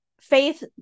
Faith